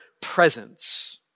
presence